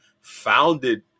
founded